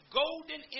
golden